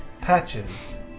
Patches